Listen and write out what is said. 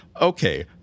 okay